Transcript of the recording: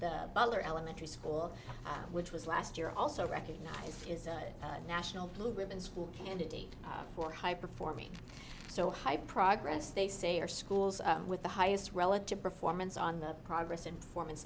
the elementary school which was last year also recognized is a national blue ribbon school candidate for high performing so high progress they say are schools with the highest relative performance on the progress informants